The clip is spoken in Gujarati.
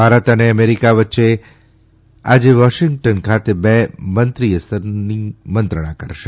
ભારત અને અમેરિકા આજે વોશિંગ્ટન ખાતે બે મંત્રી સ્તરીય મંત્રણા કરશે